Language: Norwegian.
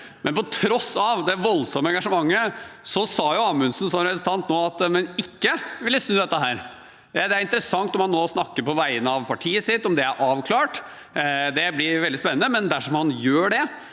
På tross av det voldsomme engasjementet sa jo Amundsen som representant nå at en ikke ville snu dette. Det er interessant om han nå snakker på vegne av partiet sitt, og om det er avklart. Det blir veldig spennende. Men dersom han gjør det,